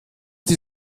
die